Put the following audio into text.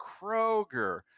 Kroger